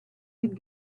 could